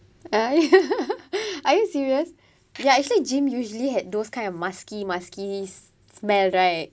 are you serious ya actually gym usually had those kind of musky musky smell right